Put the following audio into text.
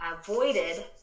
avoided